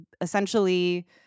essentially